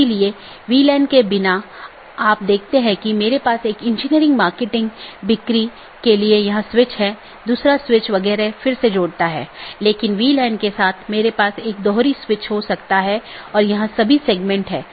इसलिए आप देखते हैं कि एक BGP राउटर या सहकर्मी डिवाइस के साथ कनेक्शन होता है यह अधिसूचित किया जाता है और फिर कनेक्शन बंद कर दिया जाता है और अंत में सभी संसाधन छोड़ दिए जाते हैं